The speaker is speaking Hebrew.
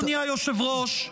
אדוני היושב-ראש,